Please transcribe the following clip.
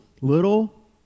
little